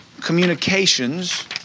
communications